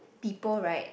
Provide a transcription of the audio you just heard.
people [right]